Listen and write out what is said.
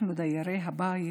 אנחנו דיירי הבית